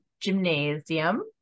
gymnasium